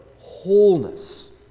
wholeness